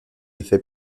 effets